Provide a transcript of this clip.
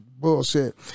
bullshit